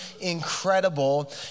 incredible